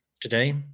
Today